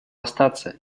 остаться